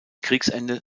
kriegsende